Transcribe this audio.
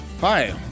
Hi